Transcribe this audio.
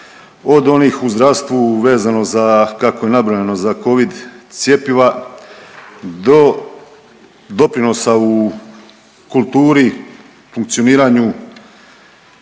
od onih u zdravstvu vezano kako je nabrojano za covid cjepiva do doprinosa u kulturi, funkcioniranju